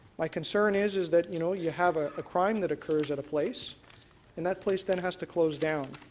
my concern is is that you know you have ah a crime that occurs at a place and that place then has to close down.